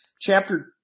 Chapter